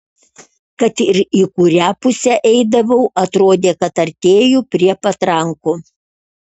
kad ir į kurią pusę eidavau atrodė kad artėju prie patrankų